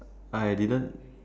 I didn't